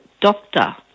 doctor